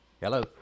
Hello